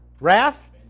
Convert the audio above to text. Wrath